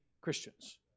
Christians